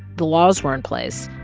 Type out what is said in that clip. the laws were in place,